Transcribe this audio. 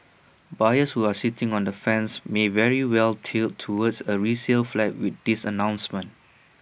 buyers who are sitting on the fence may very well tilt towards A resale flat with this announcement